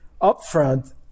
upfront